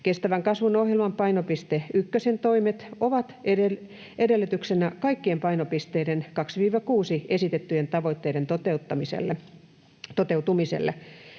Kestävän kasvun ohjelman painopiste ykkösen toimet ovat edellytyksenä kaikkien painopisteissä 2—6 esitettyjen tavoitteiden toteutumiselle.